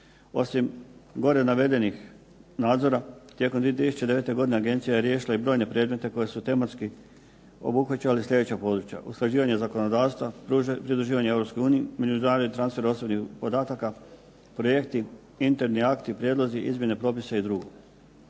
Osim gore navedenih nadzora tijekom 2009. godine agencija je riješila i brojne predmete koji su tematski obuhvaćali sljedeća područja: usklađivanje zakonodavstva, pridruživanje EU, … transfer osobnih podataka, projekti, interni akti, prijedlozi, izmjene propisa i drugo.